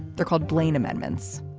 they're called blaine amendments